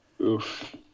Oof